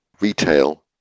retail